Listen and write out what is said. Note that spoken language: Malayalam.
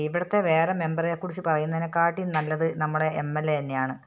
ഇവിടത്തെ വേറെ മെംബറെക്കുറിച്ച് പറയുന്നതിനെക്കാട്ടിയും നല്ലത് നമ്മുടെ എം എൽ എന്നെയാണ്